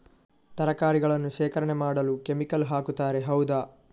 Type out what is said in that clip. ತರಕಾರಿಗಳನ್ನು ಶೇಖರಣೆ ಮಾಡಲು ಕೆಮಿಕಲ್ ಹಾಕುತಾರೆ ಹೌದ?